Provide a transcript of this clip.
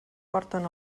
porten